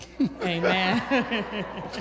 Amen